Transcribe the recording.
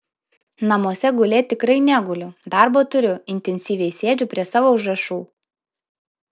namuose gulėt tikrai neguliu darbo turiu intensyviai sėdžiu prie savo užrašų